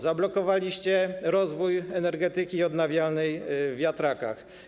Zablokowaliście rozwój energetyki odnawialnej w wiatrakach.